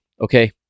Okay